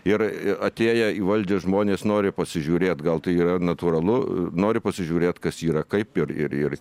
ir atėję į valdžią žmonės nori pasižiūrėti gal tai yra natūralu nori pasižiūrėt kas yra kaip ir ir ir